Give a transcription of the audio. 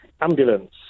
ambulance